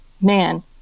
man